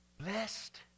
Blessed